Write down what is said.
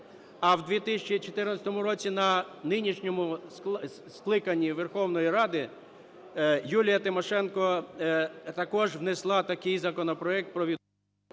А в 2014 році на нинішньому скликанні Верховної Ради Юлія Тимошенко також внесла такий законопроект про… ГОЛОВУЮЧИЙ.